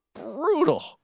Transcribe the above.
Brutal